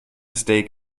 steak